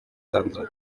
sandra